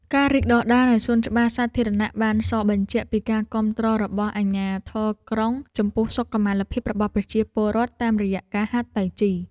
ការរីកដុះដាលនៃសួនច្បារសាធារណៈបានសបញ្ជាក់ពីការគាំទ្ររបស់អាជ្ញាធរក្រុង ចំពោះសុខុមាលភាពរបស់ប្រជាពលរដ្ឋតាមរយៈការហាត់តៃជី។